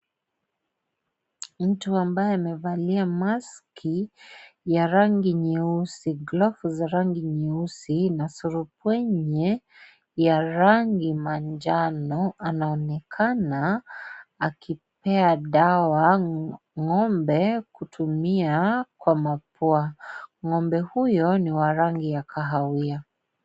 Mtu ambaye amevalia maski ya rangi nyeusi, glovu za rangi nyeusi na surupwenye ya rangi manjano anaonekana akipea dawa ngombe kutumia kwa mapua , ngombe huyo ni wa rangi ya kahawia.